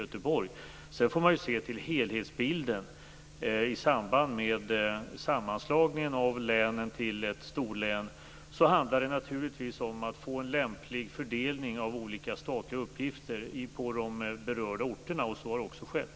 Sedan måste man se till helhetsbilden. I samband med sammanslagningen av länen till ett storlän handlar det naturligtvis om att få en lämplig fördelning av olika statliga uppgifter på de berörda orterna. Så har också skett.